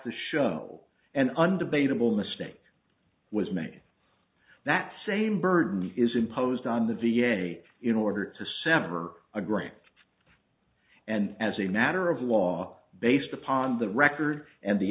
to show and undebatable mistake was made that same burden is imposed on the v a in order to sever a grant and as a matter of law based upon the record and the